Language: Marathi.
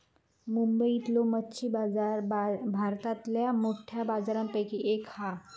मुंबईतलो मच्छी बाजार भारतातल्या मोठ्या बाजारांपैकी एक हा